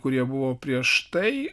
kurie buvo prieš tai